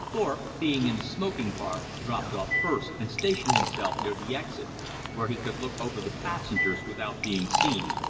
thorpe, being in the smoking car, dropped off first and stationed himself near the exit where he could look over the passengers without being seen.